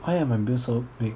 why are my bills so big